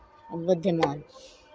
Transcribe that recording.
बुद्धिमान